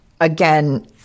again